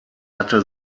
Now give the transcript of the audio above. hatte